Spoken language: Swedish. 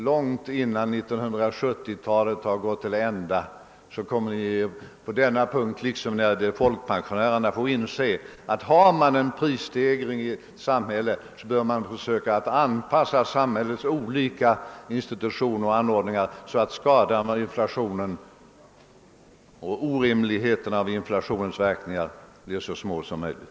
Långt innan 1970-talet har gått till ända kommer ni här liksom när det gällde folkpensionerna att tvingas inse att har man en fortgående prisstegring i ett samhälle, måste man anpassa samhällets olika institutioner och anordningar så, att skadorna och orimligheterna till följd av inflationens verkningar blir så små som möjligt.